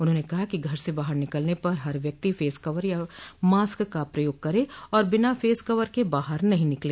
उन्होंने कहा कि घर से बाहर निकलने पर हर व्यक्ति फेस कवर या मास्क का प्रयोग करे और बिना फेस कवर के बाहर से नहीं निकल